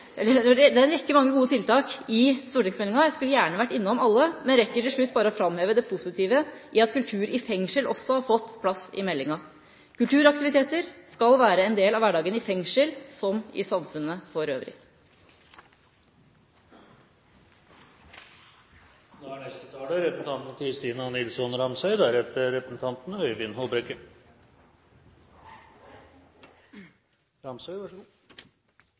Det er en rekke gode tiltak i stortingsmeldinga. Jeg skulle gjerne vært innom alle, men rekker til slutt bare å framheve det positive i at kultur i fengsel også har fått plass i meldinga. Kulturaktiviteter skal være en del av hverdagen i fengsel som i samfunnet for øvrig. Gjennom Kulturløftet I og II har det rød-grønne flertallet sikret en